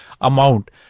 amount